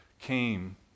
came